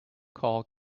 call